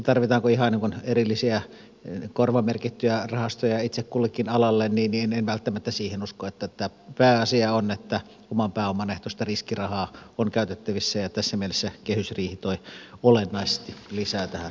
tarvitaanko sitten ihan erillisiä korvamerkittyjä rahastoja itse kullekin alalle en välttämättä siihen usko vaan pääasia on että oman pääoman ehtoista riskirahaa on käytettävissä ja tässä mielessä kehysriihi toi olennaisesti lisää tähän harjoitukseen